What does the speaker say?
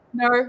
no